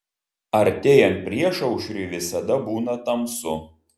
artėjant priešaušriui visada būna tamsu